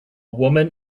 woman